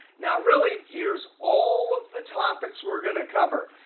now really here's all of the topics we're going to cover.